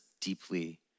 deeply